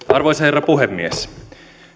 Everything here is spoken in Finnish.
arvoisa herra puhemies